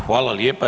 Hvala lijepa.